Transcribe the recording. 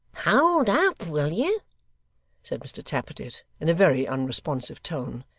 hold up, will you said mr tappertit, in a very unresponsive tone,